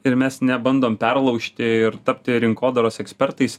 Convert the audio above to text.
ir mes nebandome perlaužti ir tapti rinkodaros ekspertais